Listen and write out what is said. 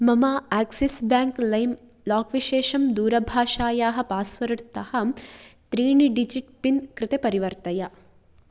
मम Axis bank लैम् lock विशेषं दूरभाषायाः पास्वर्ड् तः त्रीणि डिजिट् पिन् कृते परिवर्तय